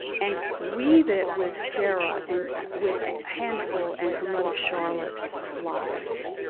and weave it with sarah and with handful and her mother charlotte's lives.